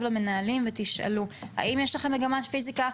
למנהלים ותשאלו: האם יש לכם מגמת פיזיקה?